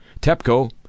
TEPCO